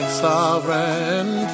sovereign